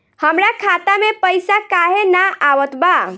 हमरा खाता में पइसा काहे ना आवत बा?